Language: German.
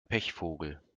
pechvogel